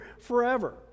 forever